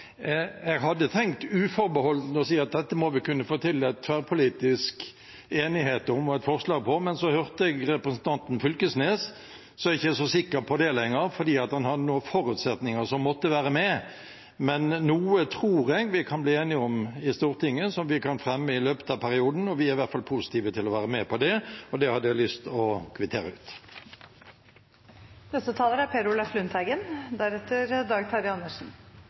Jeg hadde tenkt, uforbeholdent, å si at dette må vi kunne få til en tverrpolitisk enighet om og et forslag på, men etter å ha hørt representanten Knag Fylkesnes er jeg ikke så sikker på det lenger, for han hadde noen forutsetninger som måtte være med. Men noe tror jeg vi kan bli enige om i Stortinget som vi kan fremme i løpet av perioden. Vi er i hvert fall positive til å være med på det, og det hadde jeg lyst til å kvittere